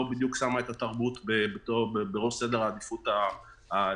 בדיוק שמה את התרבות בראש סדר העדיפות הלאומי.